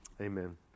Amen